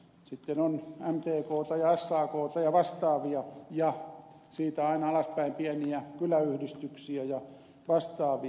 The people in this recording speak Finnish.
sitten on mtkta ja sakta ja vastaavia ja siitä aina alaspäin pieniä kyläyhdistyksiä ja vastaavia